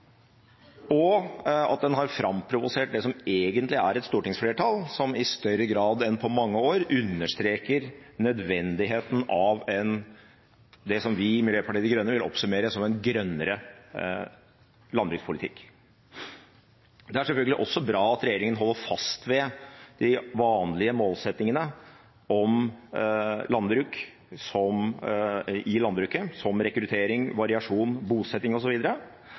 og at en har framprovosert det som egentlig er et stortingsflertall, som i større grad enn på mange år understreker nødvendigheten av det som vi, Miljøpartiet De Grønne, vil oppsummere som en grønnere landbrukspolitikk. Det er selvfølgelig også bra at regjeringen holder fast ved de vanlige målsettingene i landbruket, som rekruttering, variasjon, bosetting